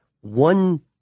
One